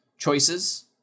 Choices